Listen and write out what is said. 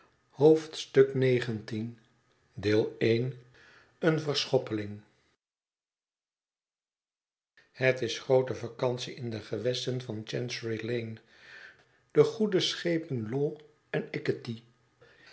een verschoppeling het is groote vacantie in de gewesten van chancery lane de goede schepen law en